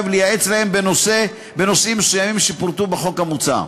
ולייעץ להם בנושאים מסוימים שפורטו בחוק המוצע.